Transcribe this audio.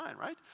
right